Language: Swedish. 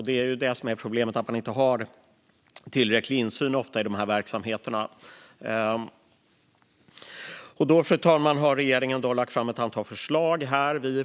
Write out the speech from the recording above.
Det är det som är problemet, att man ofta inte har tillräcklig insyn i de här verksamheterna. Fru talman! Regeringen har lagt fram ett antal förslag.